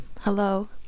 Hello